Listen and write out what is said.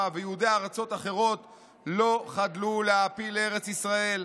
ויהודי ארצות אחרות לא חדלו להעפיל לארץ-ישראל,